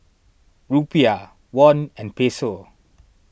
Rupiah Won and Peso